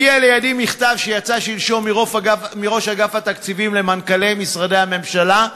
הגיע לידי מכתב שיצא שלשום מראש אגף התקציבים למנכ"לי משרדי הממשלה,